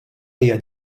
hija